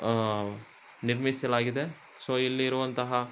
ನಿರ್ಮಿಸಲಾಗಿದೆ ಸೊ ಇಲ್ಲಿರುವಂತಹ